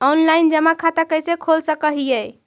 Online जमा खाता कैसे खोल सक हिय?